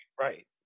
right